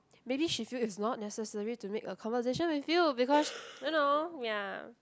maybe she feel it's not necessary to make a conversation with you because you know ya